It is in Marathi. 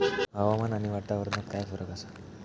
हवामान आणि वातावरणात काय फरक असा?